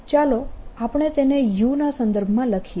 ચાલો આપણે તેને u ના સંદર્ભમાં લખીએ